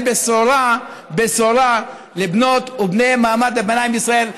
בשורה לבנות ולבני מעמד הביניים בישראל.